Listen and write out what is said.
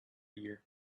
year